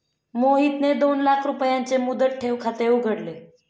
मोहितने दोन लाख रुपयांचे मुदत ठेव खाते उघडले